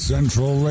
Central